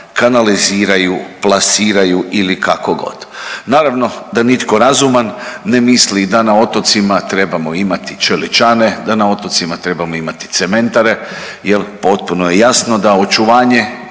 kanaliziraju, plasiraju ili kako god. Naravno da nitko razuman ne misli da na otocima trebamo imati čeličane, da na otocima trebamo imati cementare jel potpuno je jasno da očuvanje